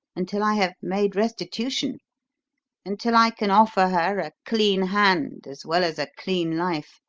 until i have made restitution until i can offer her a clean hand as well as a clean life.